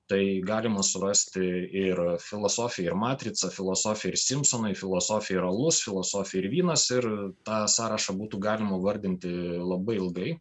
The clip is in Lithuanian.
tai galima surasti ir filosofija ir matrica filosofija ir simpsonai filosofija ir alus filosofija ir vynas ir tą sąrašą būtų galima vardinti labai ilgai